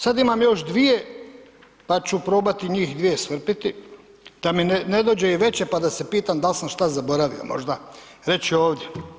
Sad imam još dvije pa ću probati njih dvije ... da mi ne dođe i veće pa da se pitam da li sam što zaboravio možda reći ovdje.